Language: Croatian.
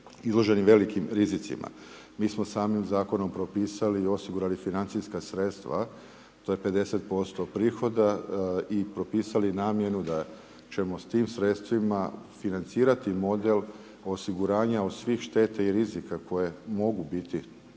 izloženi velikim rizicima. Mi smo sami zakonom propisali i osigurali financijska sredstva, to je 50% prihoda i propisali namjenu da ćemo s tim sredstvima financirati model osiguranja od svih šteta i rizika koje mogu biti